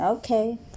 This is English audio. Okay